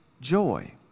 joy